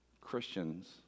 Christians